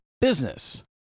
business